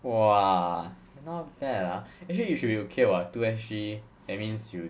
!wah! not bad lah actually you should be okay [what] two S_G that means you